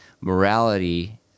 morality